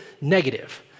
negative